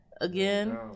again